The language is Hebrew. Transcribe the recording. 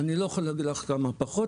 אני לא יכול להגיד לך כמה פחות.